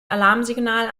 alarmsignal